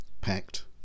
packed